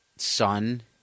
son